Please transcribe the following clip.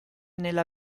nella